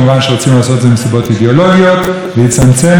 וזה יצמצם את הבזבוז בכוח אדם ובמשאבים,